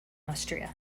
austria